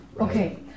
okay